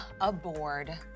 aboard